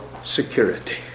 security